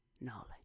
knowledge